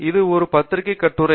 இது ஒரு பத்திரிகை கட்டுரை